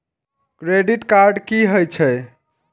Credit card की हे छे?